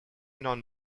non